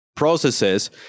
processes